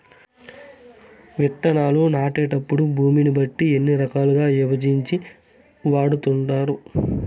విత్తనాలు నాటేటప్పుడు భూమిని బట్టి ఎన్ని రకాలుగా విభజించి వాడుకుంటారు?